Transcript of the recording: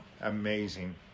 amazing